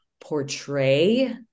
portray